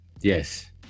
Yes